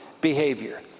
behavior